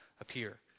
appear